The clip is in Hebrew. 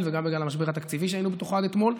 וגם בגלל המשבר התקציבי שהיינו בתוכו עד אתמול,